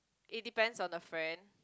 it depends on the friend